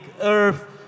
Earth